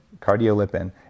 cardiolipin